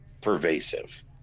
pervasive